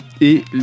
et